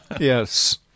Yes